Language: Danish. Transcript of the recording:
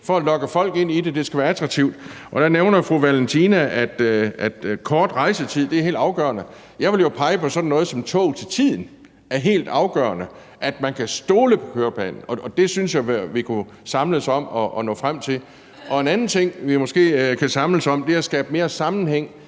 for at lokke folk ind i den. Det skal være attraktivt. Der nævner fru Anne Valentina Berthelsen, at kort rejsetid er helt afgørende. Jeg vil jo pege på, at sådan noget som tog til tiden er helt afgørende – at man kan stole på køreplanen. Det synes jeg vi kunne samles om og nå frem til. En anden ting, vi måske kan samles om, er at skabe mere sammenhæng